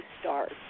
start